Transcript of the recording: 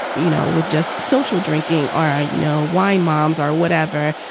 you know, with just social drinking or, you know, wine moms or whatever.